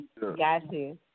Gotcha